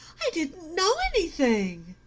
i didn't know anything.